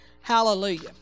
Hallelujah